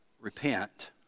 Repent